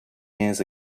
years